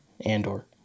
Andor